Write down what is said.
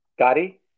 Gotti